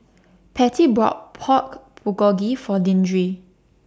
Patti bought Pork Bulgogi For Deandre